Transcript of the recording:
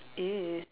!ee!